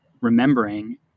remembering